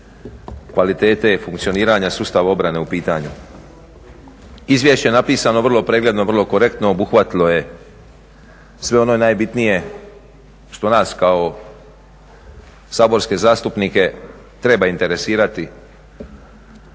kvalitete funkcioniranja sustava obrane u pitanju. Izvješće je napisano vrlo pregledno, vrlo korektno. Obuhvatilo je sve one najbitnije što nas kao saborske zastupnike treba interesirati.